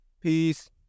peace